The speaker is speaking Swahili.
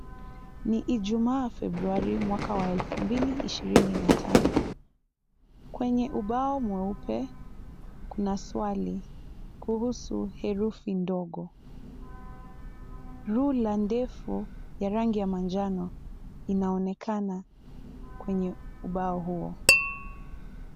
Ni ijumaa februari mwaka wa elfu mbili ishirini na tano kwenye ubao mweupe kuna swali kuhusu herufi ndogo. Rula ndefu ya rangi ya manjano inaonekana kwenye ubao huo